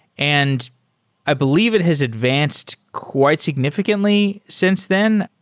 and i believe it has advanced quite significantly since then.